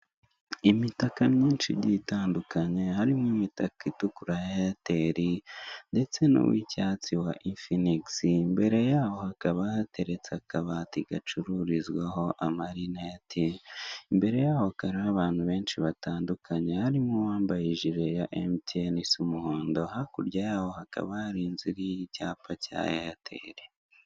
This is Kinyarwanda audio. Imitaka myinshi igiye itandukanye harimo imitaka itukura ya eyateri ndetse n'uw'icyatsi wa infinigisi imbere yaho hakaba hateretse akabati gacururizwaho, amarinite imbere y'aho hakaba abantu benshi batandukanye harimo uwambaye ijiri ya emutiyene, isa umuhondo hakurya y'aho hakaba hari inzu iriho y'icyapa cya eyateri.